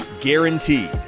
guaranteed